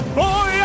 boy